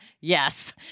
Yes